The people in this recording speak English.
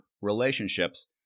relationships